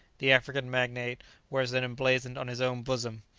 the african magnate wears them emblazoned on his own bosom!